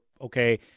okay